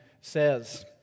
says